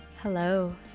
hello